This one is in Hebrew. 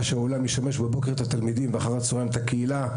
שבבוקר האולם ישמש את התלמידים ואחר הצהריים את הקהילה,